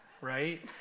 right